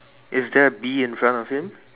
is there a bee in front of him